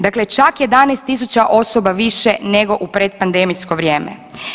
Dakle, čak 11.000 osoba više nego u pretpandemijsko vrijeme.